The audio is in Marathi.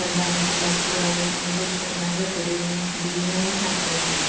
पण बँकेला पुरावे पाहिजेत तर माझ्याकडे बिल नाही सापडत आहे